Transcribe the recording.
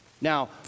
Now